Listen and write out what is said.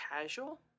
casual